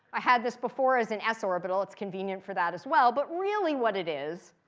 i had this before as an s orbital. it's convenient for that as well. but, really, what it is,